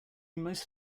most